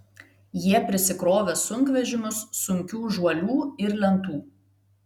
jie prisikrovė sunkvežimius sunkių žuolių ir lentų